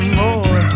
more